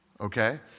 okay